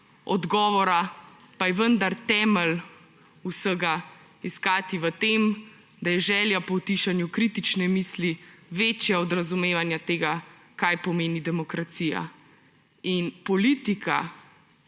odgovora, pa je vendar temelj vsega iskati v tem, da je želja po utišanju kritične misli večja od razumevanja tega, kaj pomeni demokracija. Politika,